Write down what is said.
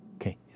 okay